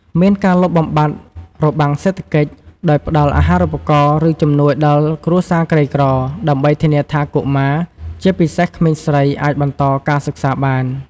មានការលុបបំបាត់របាំងសេដ្ឋកិច្ច ដោយផ្តល់អាហារូបករណ៍ឬជំនួយដល់គ្រួសារក្រីក្រ ដើម្បីធានាថាកុមារ ជាពិសេសក្មេងស្រី អាចបន្តការសិក្សាបាន។